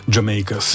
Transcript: Jamaica